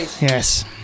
yes